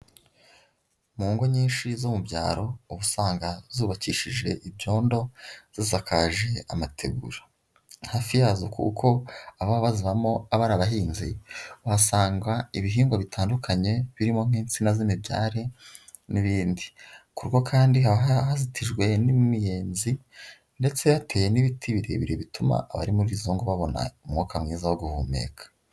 Mu ngo nyinshi zo mu byaro ubu usanga zubakishije ibyondo, zisakaje amategura, hafi yazo kuko ababa bazibamo aba ari abahinzi, uhasanga ibihingwa bitandukanye birimo nk'insina z'imibyari n'ibindi, kuko kandi haba hazitijwe n'imiyenzi, ndetse hateye n'ibiti birebire bituma abari muri izo ngo babona umwuka mwiza wo guhumeka.